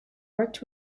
worked